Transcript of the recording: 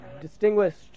distinguished